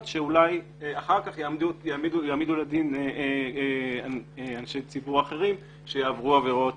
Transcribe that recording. שאולי אחר כך יעמידו לדין אנשי ציבור אחרים שיעברו עבירות.